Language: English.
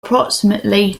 approximately